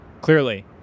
clearly